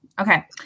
okay